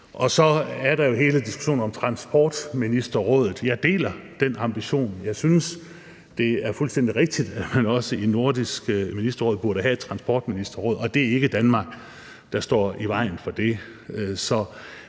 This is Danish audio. Så er der jo hele diskussionen om Transportministerrådet. Jeg deler den ambition. Jeg synes, det er fuldstændig rigtigt, at man også i Nordisk Ministerråd burde have et transportministerråd, og det er ikke Danmark, der står i vejen for det.